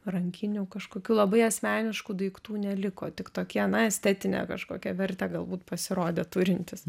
rankinių kažkokių labai asmeniškų daiktų neliko tik tokie na estetinę kažkokią vertę galbūt pasirodę turintys